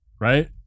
right